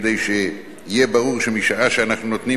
כדי שיהיה ברור שמשעה שאנחנו נותנים